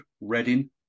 Reading